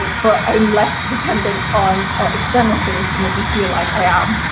but i'm less dependent on external things to make me feel like i am.